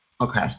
Okay